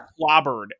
clobbered